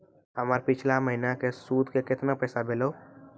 हमर पिछला महीने के सुध के केतना पैसा भेलौ?